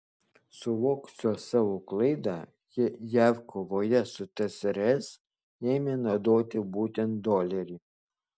suvokusios savo klaidą jav kovoje su tsrs ėmė naudoti būtent dolerį